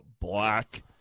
black